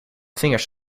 vingers